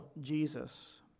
Jesus